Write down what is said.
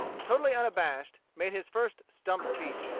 totally unabashed, made his first stump speech.